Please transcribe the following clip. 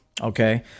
okay